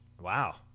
Wow